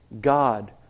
God